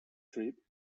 trip